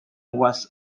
was